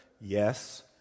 Yes